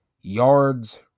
yards